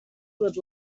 good